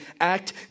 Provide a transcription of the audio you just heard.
act